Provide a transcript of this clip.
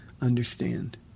understand